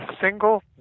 single